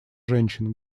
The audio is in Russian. женщин